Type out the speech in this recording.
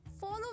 follow